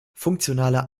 funktionaler